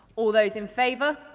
all those in favour?